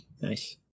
Nice